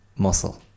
muscle